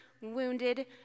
wounded